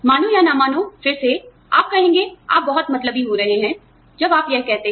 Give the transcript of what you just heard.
मानो या ना मानो फिर से आप जानते हैं आप कहेंगे आप बहुत मतलबी हो रहे हैं जब आप यह कहते हैं